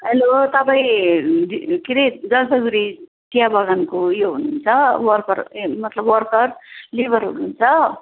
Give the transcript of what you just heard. hello तपाईँ के अरे जलपाईगुडी चिया बगानको ऊ यो हुनुहुन्छ वर्कर ए मतलब वर्कर लेबर हुनुहुन्छ